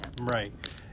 right